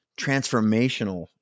transformational